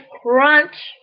crunch